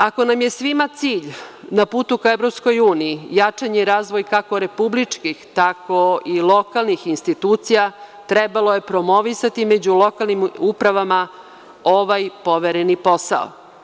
Ako nam je svima cilj na putu ka EU, jačanje i razvoj kako republičkih tako i lokalnih institucija, trebalo je promovisati među lokalnim upravama ovaj povereni posao.